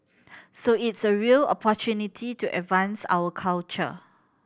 so it's a real opportunity to advance our culture